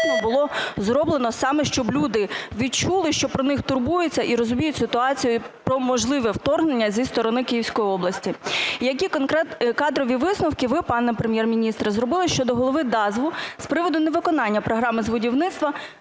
було зроблено, саме щоб люди відчули, що про них турбуються і розуміють ситуацію про можливе вторгнення зі сторони Київської області? Які кадрові висновки ви, пане Прем'єр-міністр, зробили щодо голови ДАЗВу з приводу невиконання програми з будівництва